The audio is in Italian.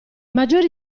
maggiori